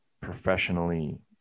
professionally